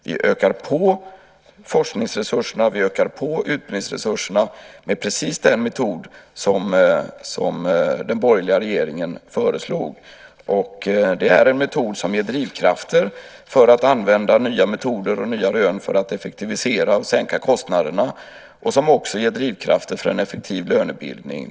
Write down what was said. Vi ökar på forskningsresurserna och utbildningsresurserna med precis den metod som den borgerliga regeringen föreslog. Det är en metod som ger drivkrafter för att använda nya metoder och nya rön för att effektivisera och sänka kostnaderna. Den ger också drivkrafter för en effektiv lönebildning.